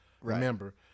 remember